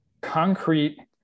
concrete